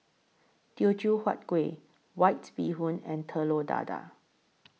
Teochew Huat Kueh White Bee Hoon and Telur Dadah